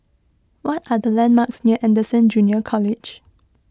what are the landmarks near Anderson Junior College